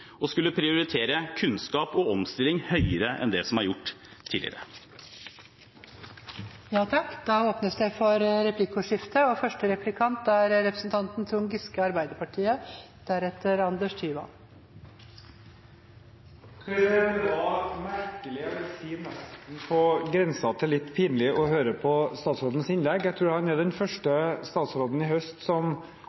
og skulle prioritere kunnskap og omstilling høyere enn det som er gjort tidligere. Det åpnes for replikkordskifte. Det var merkelig og jeg vil si nesten på grensen til litt pinlig å høre på statsrådens innlegg. Jeg tror han er den første statsråden i høst